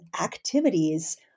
activities